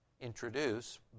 introduce